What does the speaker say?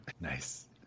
Nice